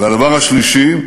והדבר השלישי,